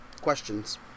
questions